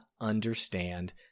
understand